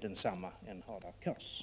densamma än Hadar Cars beskrivning.